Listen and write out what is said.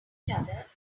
other